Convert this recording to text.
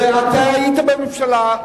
אתה היית בממשלה,